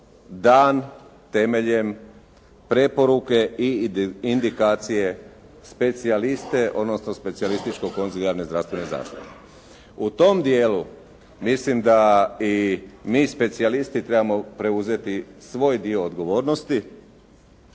dan temeljem preporuke i indikacije specijaliste odnosno specijalističko-konzilijarne zdravstvene zaštite. U tom dijelu mislim da i mi specijalisti trebamo preuzeti svoj dio odgovornosti